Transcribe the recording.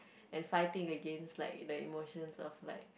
and fighting against like the emotions of like